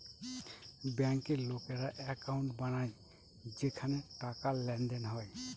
ব্যাঙ্কের লোকেরা একাউন্ট বানায় যেখানে টাকার লেনদেন হয়